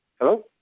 Hello